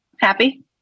happy